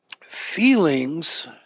Feelings